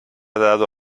dado